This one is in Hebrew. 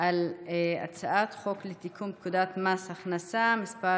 על הצעת חוק לתיקון פקודת מס הכנסה (מס'